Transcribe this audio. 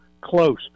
close